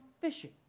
fishing